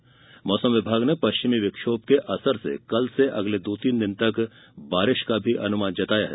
वहीं मौसम विभाग ने पश्चिमी विक्षोभ के असर से कल से अगले दो तीन दिन तक बारिश का अनुमान जताया है